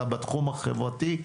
אלא בתחום החברתי,